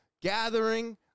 gathering